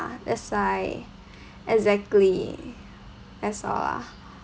that's right exactly that's all lah